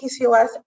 PCOS